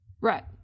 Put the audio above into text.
Right